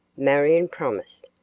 marion promised.